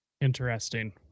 Interesting